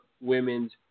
Women's